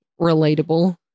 Relatable